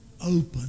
Open